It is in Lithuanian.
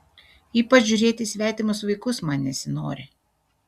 ypač žiūrėti į svetimus vaikus man nesinori